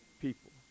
people